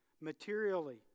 materially